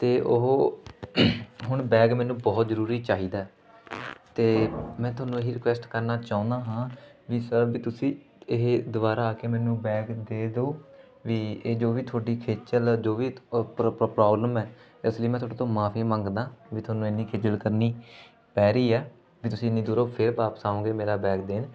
ਅਤੇ ਉਹ ਹੁਣ ਬੈਗ ਮੈਨੂੰ ਬਹੁਤ ਜ਼ਰੂਰੀ ਚਾਹੀਦਾ ਅਤੇ ਮੈਂ ਤੁਹਾਨੂੰ ਇਹੀ ਰਿਕੁਐਸਟ ਕਰਨਾ ਚਾਹੁੰਦਾ ਹਾਂ ਵੀ ਸਰ ਵੀ ਤੁਸੀਂ ਇਹ ਦੁਬਾਰਾ ਆ ਕੇ ਮੈਨੂੰ ਬੈਗ ਦੇ ਦਿਉ ਵੀ ਇਹ ਜੋ ਵੀ ਤੁਹਾਡੀ ਖੇਚਲ ਹੈ ਜੋ ਵੀ ਪ੍ਰੋਬਲਮ ਹੈ ਇਸ ਲਈ ਮੈਂ ਤੁਹਾਡੇ ਤੋਂ ਮਾਫ਼ੀ ਮੰਗਦਾ ਵੀ ਤੁਹਾਨੂੰ ਇੰਨੀ ਖੇਚਲ ਕਰਨੀ ਪੈ ਰਹੀ ਹੈ ਵੀ ਤੁਸੀਂ ਇੰਨੀ ਦੂਰੋਂ ਫਿਰ ਵਾਪਸ ਆਓਗੇ ਮੇਰਾ ਬੈਗ ਦੇਣ